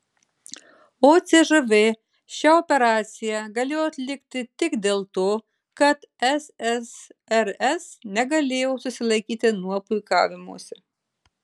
o cžv šią operaciją galėjo atlikti tik dėl to kad ssrs negalėjo susilaikyti nuo puikavimosi